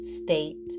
state